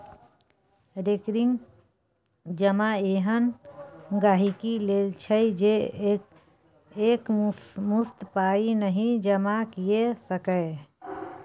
recurring जमा एहन गांहिकी लेल छै जे एकमुश्त पाइ नहि जमा कए सकैए